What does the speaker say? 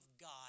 God